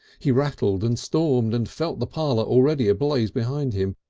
he rattled and stormed and felt the parlour already ablaze behind him.